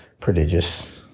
prodigious